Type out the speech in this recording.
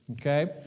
Okay